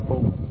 பார்ப்போம்